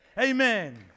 Amen